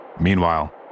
Meanwhile